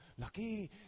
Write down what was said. Lucky